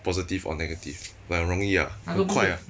positive or negative but 很容易 uh 很快 uh